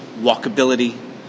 walkability